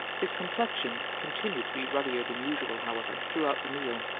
his complexion continued to be ruddier than usual, however, throughout the meal,